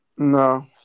No